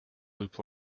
loop